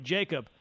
Jacob